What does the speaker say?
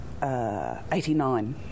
89